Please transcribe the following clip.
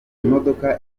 imodoka